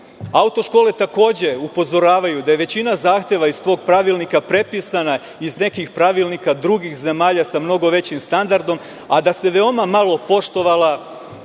škole takođe upozoravaju da je većina zahteva iz tog pravilnika prepisana iz nekih pravilnika drugih zemalja sa mnogo većim standardom, a da se veoma malo poštovala